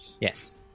Yes